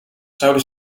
zouden